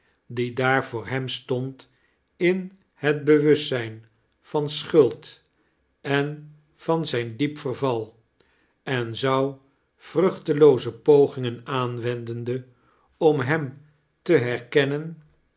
die daar voor hem stond in het bewustzijn van schuld en van zijn diep verval en zou vruchtelooze pogingen aanwendende om hem te herkennen